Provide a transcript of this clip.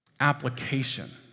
application